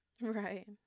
Right